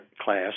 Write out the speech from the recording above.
class